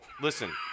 Listen